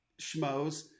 schmoes